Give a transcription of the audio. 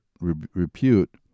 repute